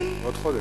בעוד חודש.